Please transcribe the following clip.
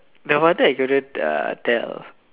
no wonder I couldn't uh tell